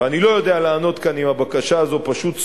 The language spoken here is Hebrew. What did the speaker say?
ואני לא יודע לענות כאן אם הבקשה הזאת פשוט סורבה,